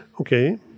Okay